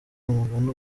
umugani